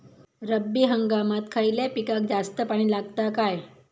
रब्बी हंगामात खयल्या पिकाक जास्त पाणी लागता काय?